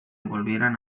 volvieran